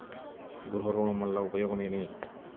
గృహ ఋణం వల్ల ఉపయోగం ఏమి?